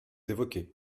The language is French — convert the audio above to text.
évoquez